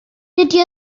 dydy